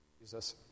Jesus